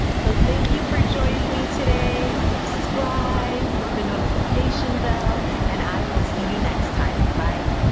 so thank you for joining me today. subscribe, hit the notification bell and i will see you next time, bye.